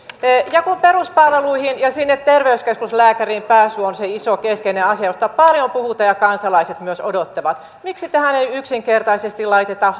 ja kun peruspalveluihin ja terveyskeskuslääkäriin pääsy on se iso keskeinen asia josta paljon puhutaan ja jota kansalaiset myös odottavat miksi tähän ei yksinkertaisesti laiteta